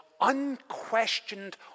unquestioned